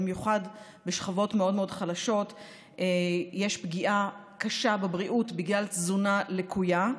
ובמיוחד בשכבות מאוד מאוד חלשות יש פגיעה קשה בבריאות בגלל תזונה לקויה,